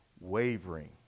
wavering